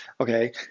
okay